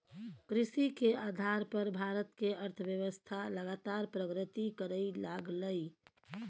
कृषि के आधार पर भारत के अर्थव्यवस्था लगातार प्रगति करइ लागलइ